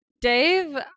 Dave